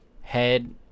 head